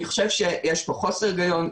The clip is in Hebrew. אני חושב שיש פה חוסר היגיון,